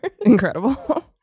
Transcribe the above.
Incredible